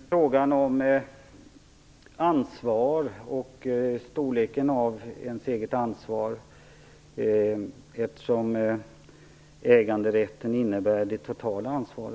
Herr talman! Det gäller storleken av det egna ansvaret, varvid äganderätten medför ett totalt ansvar.